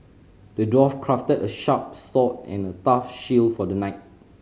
the dwarf crafted a sharp sword and a tough shield for the knight